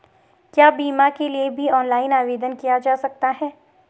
क्या बीमा के लिए भी ऑनलाइन आवेदन किया जा सकता है?